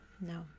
No